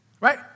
Right